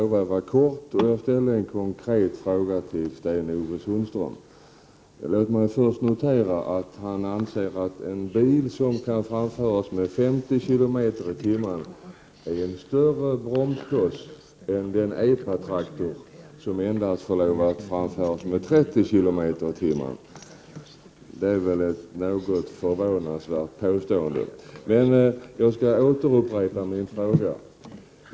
Fru talman! Jag ställde en konkret fråga till Sten-Ove Sundström. Låt mig först notera att han anser att en bil som kan framföras med 50 kilometer i timmen är en större bromskloss än den EPA-traktor som endast får lov att framföras med 30 kilometer i timmen. Det är väl ett något förvånansvärt påstående. Jag skall åter upprepa min fråga.